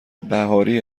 بهاری